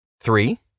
Three